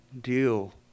deal